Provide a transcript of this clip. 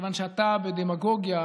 מכיוון שאתה, בדמגוגיה,